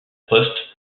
poste